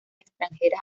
extranjeras